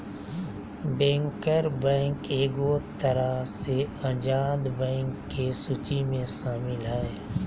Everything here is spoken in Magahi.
बैंकर बैंक एगो तरह से आजाद बैंक के सूची मे शामिल हय